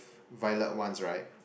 violet ones right